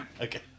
Okay